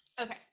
Okay